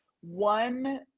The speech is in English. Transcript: one